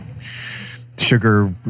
sugar